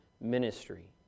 ministry